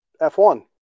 F1